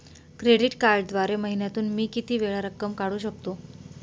Credit कार्डद्वारे महिन्यातून मी किती वेळा रक्कम काढू शकतो?